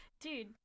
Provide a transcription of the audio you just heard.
Dude